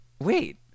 Wait